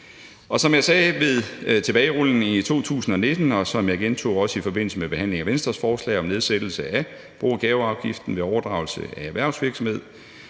Som jeg sagde ved tilbagerulningen i 2019, og som jeg også gentog i forbindelse med behandlingen af Venstres forslag om nedsættelse af bo- og gaveafgiften ved overdragelse af erhvervsvirksomhed,